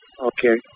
Okay